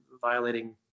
violating